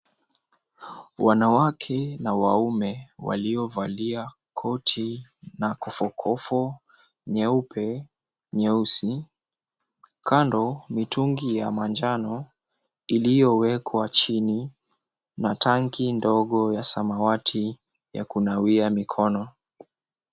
Wanawake na waume waliovalia koti na kofokofo nyeupe, nyeusi, kando mitungi ya manjano iliyowekwa chini na tanki ndogo ya samawati ya kunawia mikono.